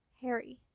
Harry